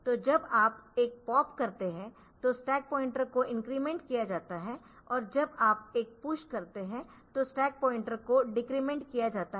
तो जब आप एक पॉप करते है तो स्टैक पॉइंटर को इंक्रीमेंट किया जाता है और जब आप एक पुश करते है तो स्टैक पॉइंटर को डेक्रेमेंट किया जाता है